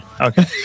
okay